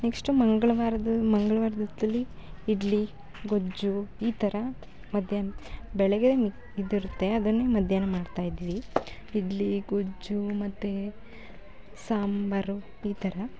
next ಮಂಗಳವಾರದ್ ಮಂಗ್ಳವಾರ್ದ ಹೊತ್ತಲ್ಲಿ ಇಡ್ಲಿ ಗೊಜ್ಜು ಈ ಥರ ಮಧ್ಯಾಹ್ನ ಬೆಳಗ್ಗೆ ಮಿ ಇದಿರುತ್ತೆ ಅದನ್ನೇ ಮಧ್ಯಾಹ್ನ ಮಾಡ್ತಾಯಿದ್ವಿ ಇಡ್ಲಿ ಗೊಜ್ಜು ಮತ್ತು ಸಾಂಬಾರು ಈ ಥರ